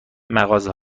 مغازه